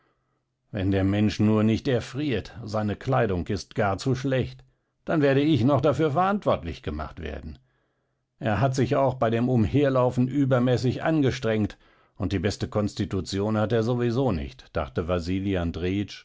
wenn der mensch nur nicht erfriert seine kleidung ist gar zu schlecht dann werde ich noch dafür verantwortlich gemacht werden er hat sich auch bei dem umherlaufen übermäßig angestrengt und die beste konstitution hat er sowieso nicht dachte